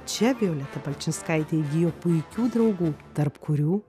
čia violeta palčinskaitė įgijo puikių draugų tarp kurių